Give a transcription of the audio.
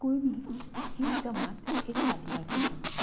कुणबी ही जमात एक आदिवासी जमात